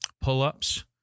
pull-ups